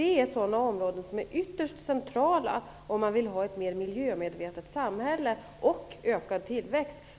Det är sådana områden som är ytterst centrala om man vill ha ett mera miljömedvetet samhälle och ökad tillväxt.